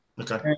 Okay